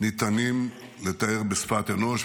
ניתנים לתיאור בשפת אנוש.